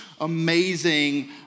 amazing